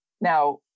Now